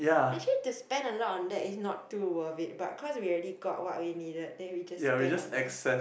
actually to spend a lot on that is not too worth it but cause we already got what we needed then we just spend on the